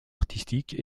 artistique